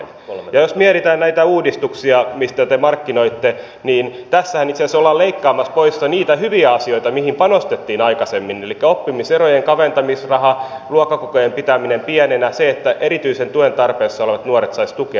ja jos mietitään näitä uudistuksia mitä te markkinoitte niin tässähän itse asiassa ollaan leikkaamassa pois niitä hyviä asioita mihin panostettiin aikaisemmin elikkä oppimiserojen kaventamisraha luokkakokojen pitäminen pienenä se että erityisen tuen tarpeessa olevat nuoret saisivat tukea